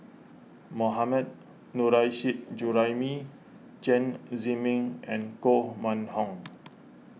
Mohammad Nurrasyid Juraimi Chen Zhiming and Koh Mun Hong